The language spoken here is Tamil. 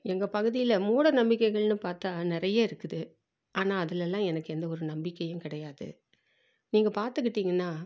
எங்கள் பகுதியில் மூட நம்பிக்கைகள்னு பார்த்தா நிறைய இருக்குது ஆனால் அதுலலாம் எனக்கு எந்த ஒரு நம்பிக்கையும் கிடையாது நீங்கள் பார்த்துக்கிட்டீங்கன்னா